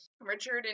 Richard